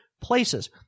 places